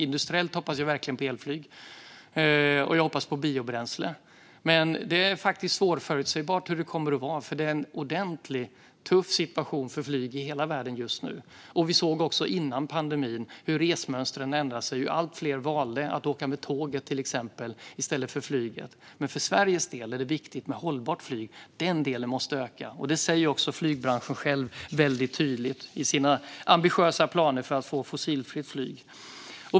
Industriellt hoppas jag verkligen på elflyg, och jag hoppas på biobränsle. Men det är faktiskt svårförutsägbart hur det kommer att bli, för det är en ordentligt tuff situation för flyg i hela världen just nu. Vi såg också före pandemin hur resmönstren ändrade sig och allt fler valde att åka med till exempel tåg i stället för flyg. Men för Sveriges del är det viktigt med hållbart flyg. Den delen måste öka, och det säger också flygbranschen själv väldigt tydligt i sina ambitiösa planer för att få fossilfritt flyg.